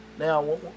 Now